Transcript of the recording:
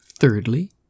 Thirdly